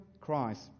Christ